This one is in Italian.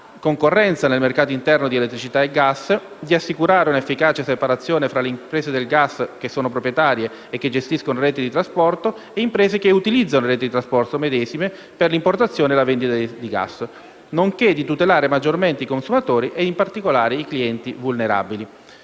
concorrenza nel mercato interno dell'elettricità e del gas, di assicurare un'efficace separazione tra imprese del gas che sono proprietarie e che gestiscono reti di trasporto e imprese che utilizzano le reti di trasporto medesime per l'importazione e la vendita di gas, nonché di tutelare maggiormente i consumatori e in particolare i clienti vulnerabili.